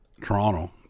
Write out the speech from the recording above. Toronto